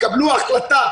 תקבלו החלטה.